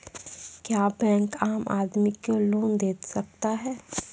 क्या बैंक आम आदमी को लोन दे सकता हैं?